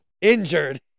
injured